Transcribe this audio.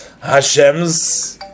Hashem's